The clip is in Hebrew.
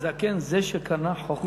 זקן, זה שקנה חוכמה.